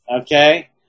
okay